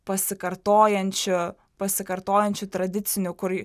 pasikartojančiu pasikartojančiu tradiciniu kur